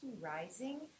Rising